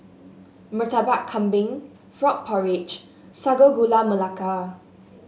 Murtabak Kambing Frog Porridge Sago Gula Melaka